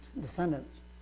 descendants